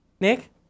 Nick